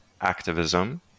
activism